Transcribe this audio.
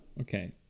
Okay